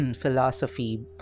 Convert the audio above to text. philosophy